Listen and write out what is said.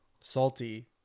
salty